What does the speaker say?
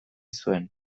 zuen